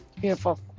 Beautiful